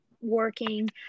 working